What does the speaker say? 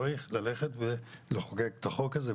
צריך לחוקק את החוק הזה,